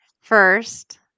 first